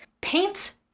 Paint